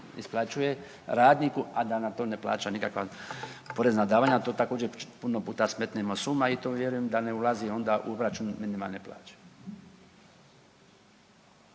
isplaćuje radniku a da na to ne plaća nikakva porezna davanja a to također puno puta smetnemo s uma i to vjerujem da ne ulazi onda u obračun minimalne plaće.